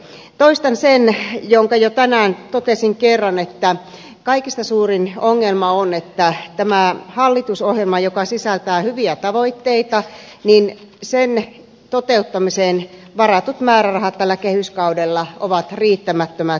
toistan sen minkä jo tänään totesin kerran että kaikista suurin ongelma on että tämän hallitusohjelman joka sisältää hyviä tavoitteita toteuttamiseen varatut määrärahat tällä kehyskaudella ovat riittämättömät